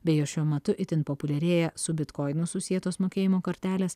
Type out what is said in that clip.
beje šiuo metu itin populiarėja su bitkoinu susietos mokėjimo kortelės